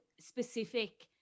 specific